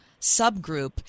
subgroup